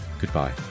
Goodbye